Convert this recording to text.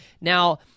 Now